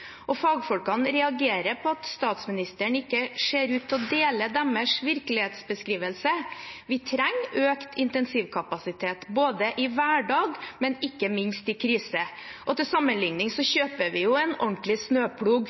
Fagfolkene reagerer på at statsministeren ikke ser hele deres virkelighetsbeskrivelse. Vi trenger økt intensivkapasitet både i hverdagen og – ikke minst – i en krise. Til sammenligning kjøper vi jo en ordentlig snøplog